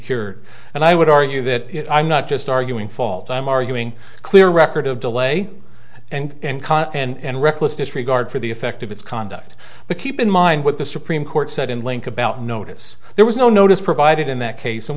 cured and i would argue that i'm not just arguing fault i'm arguing clear record of delay and con and reckless disregard for the effect of its conduct but keep in mind what the supreme court said in link about notice there was no notice provided in that case and